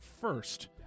first